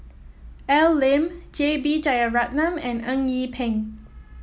Al Lim J B Jeyaretnam and Eng Yee Peng